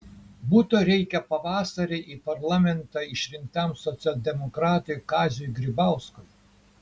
buto reikia pavasarį į parlamentą išrinktam socialdemokratui kaziui grybauskui